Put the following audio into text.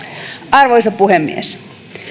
arvoisa puhemies